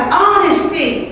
honesty